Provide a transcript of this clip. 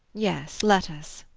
yes, let us.